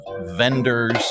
vendors